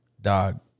Dog